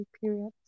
period